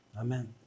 amen